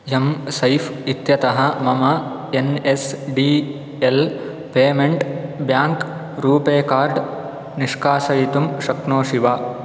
M swipe इत्यतः मम N S D L payment bank RuPay card निष्कासयितुं शक्नोषि वा